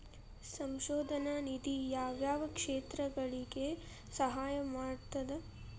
ಸಂಶೋಧನಾ ನಿಧಿ ಯಾವ್ಯಾವ ಕ್ಷೇತ್ರಗಳಿಗಿ ಸಹಾಯ ಮಾಡ್ತದ